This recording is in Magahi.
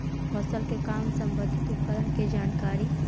फसल के काम संबंधित उपकरण के जानकारी?